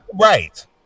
Right